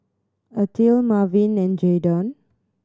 Ethyle Marvin and Jaydon